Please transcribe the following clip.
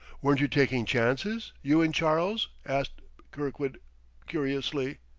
weren't you taking chances, you and charles? asked kirkwood curiously.